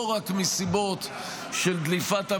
לא רק מסיבות של דליפת המידע,